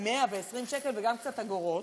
עם 120 שקל וגם קצת אגורות,